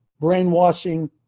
brainwashing